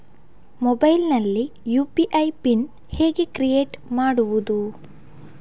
Mobile ನಲ್ಲಿ UPI PIN ಹೇಗೆ create ಮಾಡುವುದು?